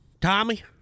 Tommy